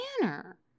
manner